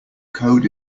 code